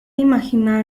imaginar